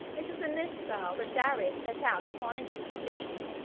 it was in this style that darius set out upon his expedition,